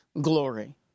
glory